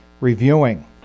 reviewing